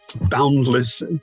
boundless